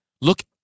look